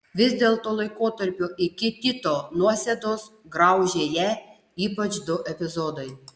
vis dėlto laikotarpio iki tito nuosėdos graužė ją ypač du epizodai